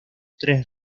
tres